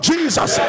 Jesus